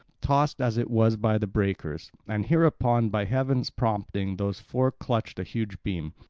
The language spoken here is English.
tossed as it was by the breakers. and hereupon by heaven's prompting those four clutched a huge beam,